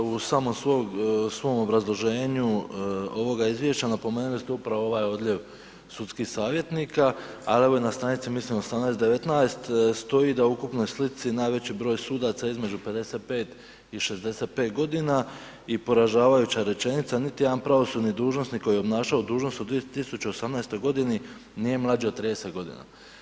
U samom svom obrazloženju ovoga izvješća napomenuli ste upravo ovaj odljev sudskih savjetnika, ali mislim na stranici 18, 19 stoji da u ukupnoj slici najveći broj sudaca je između 55 i 65 godina i poražavajuća rečenica, „niti jedan pravosudni dužnosnik koji je obnašao dužnost u 2018. godini nije mlađi od 30 godina“